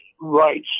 right